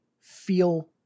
feel